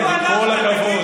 עם כל הכבוד,